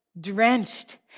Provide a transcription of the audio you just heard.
drenched